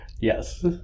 yes